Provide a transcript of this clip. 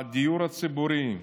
הדיור הציבורי,